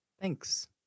Thanks